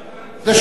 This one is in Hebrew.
זה שלו.